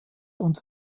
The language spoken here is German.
unter